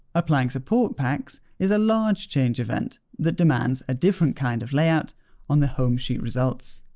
applying support packs is a large change event that demands a different kind of layout on the home sheet results.